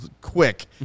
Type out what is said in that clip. quick